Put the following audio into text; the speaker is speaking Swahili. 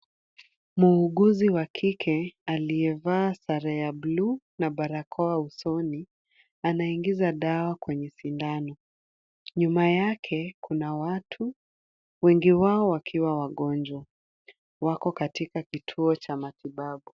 Muuguzi wa kike, aliyevaa sare ya bluu na barakoa usoni. Anaingiza dawa kwenye sindano. Nyuma yake kuna watu, wengi wao wakiwa wagonjwa. Wako katika kituo cha matibabu.